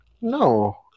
No